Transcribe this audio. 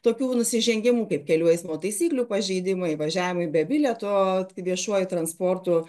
tokių nusižengimų kaip kelių eismo taisyklių pažeidimai važiavimai be bilieto viešuoju transportu